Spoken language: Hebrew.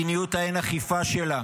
זה קרה תחת מדיניות האין-אכיפה שלה.